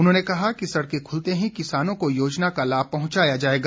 उन्होंने कहा कि सड़कें खुलते ही किसानों को योजना का लाभ पहुंचाया जाएगा